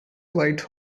white